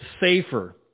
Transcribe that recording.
safer